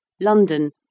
London